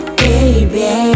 baby